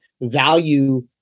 value